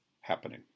happening